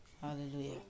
Hallelujah